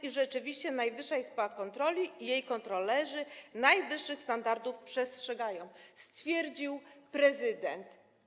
I rzeczywiście Najwyższa Izba Kontroli i jej kontrolerzy najwyższych standardów przestrzegają - stwierdził prezydent.